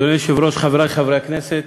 אדוני היושב-ראש, חברי חברי הכנסת,